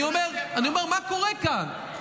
אני אומר, מה קורה כאן?